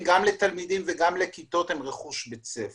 לתלמידים וגם לכיתות הם רכוש בית ספר.